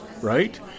right